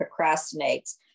procrastinates